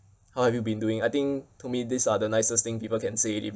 how have you been doing I think to me these are the nicest thing people can say it